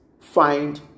find